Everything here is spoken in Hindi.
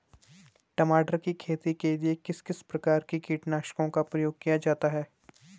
टमाटर की खेती के लिए किस किस प्रकार के कीटनाशकों का प्रयोग किया जाता है?